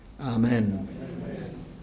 Amen